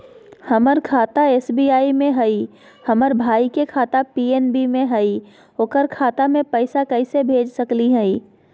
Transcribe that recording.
हमर खाता एस.बी.आई में हई, हमर भाई के खाता पी.एन.बी में हई, ओकर खाता में पैसा कैसे भेज सकली हई?